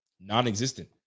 non-existent